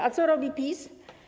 A co robi PiS?